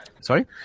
sorry